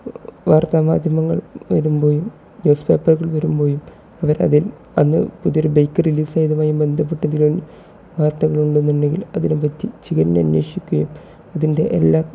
വാർത്താ മാധ്യമങ്ങൾ വരുമ്പോഴും ന്യൂസ് പേപ്പറുകൾ വരുമ്പോഴും അവർ അതിൽ അന്ന് പുതിയൊരു ബൈക്ക് റിലീസ് ചെയ്യുകയും ബന്ധപ്പെട്ടതിൽ വാർത്തകളുണ്ടെന്നുണ്ടെങ്കിൽ അതിനെ പറ്റി ചികഞ്ഞന്വേഷിക്കുകയും അതിൻ്റെ എല്ലാ